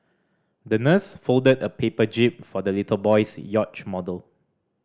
the nurse folded a paper jib for the little boy's yacht model